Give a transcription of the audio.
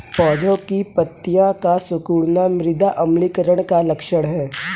पौधों की पत्तियों का सिकुड़ना मृदा अम्लीकरण का लक्षण है